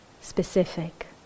specific